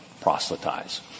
proselytize